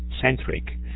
centric